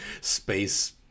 space